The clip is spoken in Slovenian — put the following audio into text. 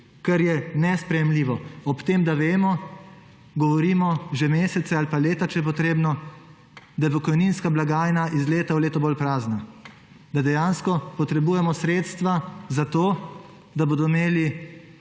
kar je nesprejemljivo ob tem, da vemo, govorimo že mesece ali pa leta, če je potrebno, da je pokojninska blagajna iz leta v leto bolj prazna, da dejansko potrebujemo sredstva za to, da bodo imeli